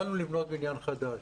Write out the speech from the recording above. התחלנו לבנות בנין חדש.